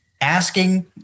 Asking